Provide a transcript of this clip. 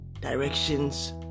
directions